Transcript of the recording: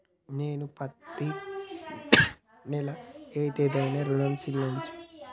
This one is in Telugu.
నేను పత్తి నెల ఏ తేదీనా ఋణం చెల్లించాలి?